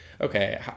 okay